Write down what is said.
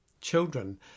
Children